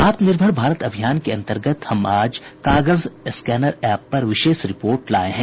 आत्मनिर्भर भारत अभियान के अंतर्गत हम आज कागज स्कैनर ऐप पर विशेष रिपोर्ट लाये हैं